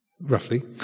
roughly